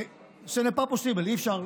זה בלתי אפשרי.